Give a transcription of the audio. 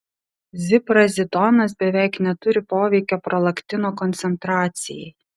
ziprazidonas beveik neturi poveikio prolaktino koncentracijai